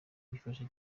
bifasha